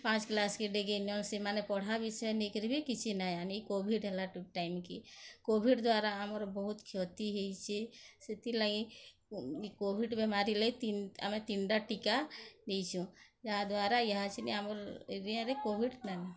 ପାଞ୍ଚ କ୍ଲାସ୍ କେ ସେମାନେ ପଢ଼ା ବିଷୟ ନେଇକରି ବି କିଛି ନାଇଁ ଆନି ଏଇ କୋଭିଡ଼ ହେଲା ଟାଇମ୍ କେ କୋଭିଡ଼ ଦ୍ଵାରା ଆମର ବହୁତ କ୍ଷତି ହେଇଚେ ସେଥିଲାଗି କୋଭିଡ଼ ବେମାରିରେ ଆମେ ତିନିଟା ଟୀକା ନେଇଛୁ ଯାହାଦ୍ୱାରା ଏହାଛେନ୍ ଆମର ଏରିଆରେ କୋଭିଡ଼ ନାଇଁ ନ